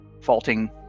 faulting